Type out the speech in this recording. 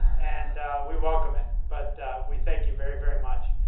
and we welcome it. but we thank you very, very much.